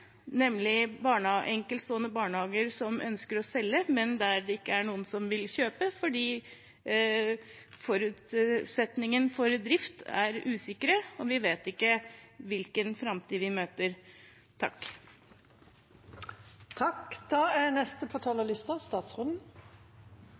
nemlig konkurser og enkeltstående barnehager som ønsker å selge, men der det ikke er noen som vil kjøpe, fordi forutsetningen for drift er usikker, og vi vet ikke hvilken framtid vi møter.